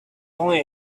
only